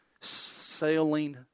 Sailing